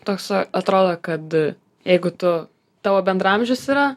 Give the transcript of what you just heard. toks atrodo kad jeigu tu tavo bendraamžis yra